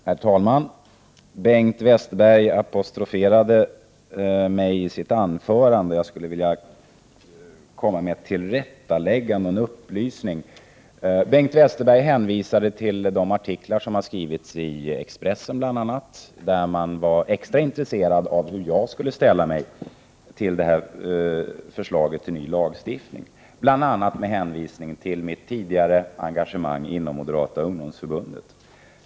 Herr talman! Bengt Westerberg apostroferade mig i sitt anförande. Jag vill därför komma med ett tillrättaläggande och en upplysning. Bengt Westerberg hänvisade till de artiklar som har skrivits i bl.a. Expressen, i vilka man — på grund av mitt tidigare engagemang inom 65 Prot. 1988/89:125 Moderata ungdomsförbundet — var extra intresserad av hur jag skulle förhålla mig till förslaget om ny utlänningslag.